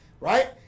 Right